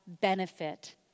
benefit